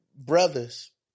Brothers